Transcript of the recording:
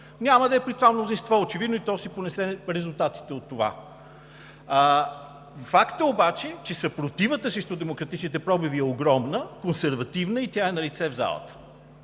Няма да е при това мнозинство очевидно, и то ще си понесе резултатите от това. Факт е обаче, че съпротивата срещу демократичните пробиви е огромна, консервативна и тя е налице в залата.